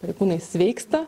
pareigūnai sveiksta